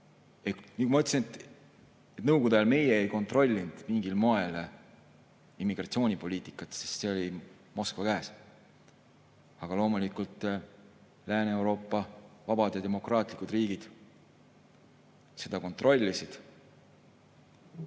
Nõukogude ajal meie ei kontrollinud mingil moel immigratsioonipoliitikat, sest see oli Moskva käes. Aga loomulikult, Lääne-Euroopa vabad ja demokraatlikud riigid seda kontrollisid.